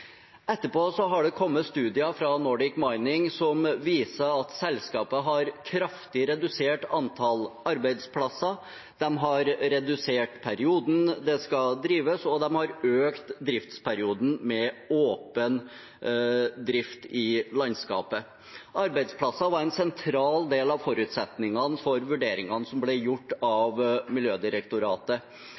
Etterpå har det kommet studier fra Nordic Mining som viser at selskapet har kraftig redusert antallet arbeidsplasser og perioden det skal drives, og de har økt driftsperioden med åpen drift i landskapet. Arbeidsplasser var en sentral del av forutsetningene for vurderingene som ble gjort av Miljødirektoratet,